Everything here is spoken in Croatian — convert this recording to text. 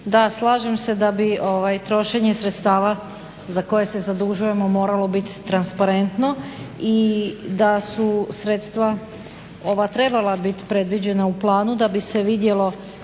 da slažem se da bi trošenje sredstava za koje se zadužujemo moralo biti transparentno i da su sredstva ova trebala biti predviđena u planu da bi se vidjelo